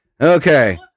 Okay